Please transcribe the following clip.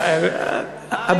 השטחים.